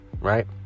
Right